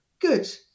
good